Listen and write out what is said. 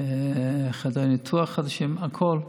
חדרי ניתוח חדשים, הכול,